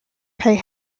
pay